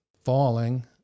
falling